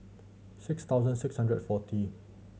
six thousand six hundred forty